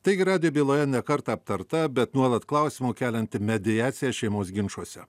taigi radijo byloje ne kartą aptarta bet nuolat klausimų kelianti mediaciją šeimos ginčuose